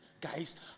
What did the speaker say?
Guys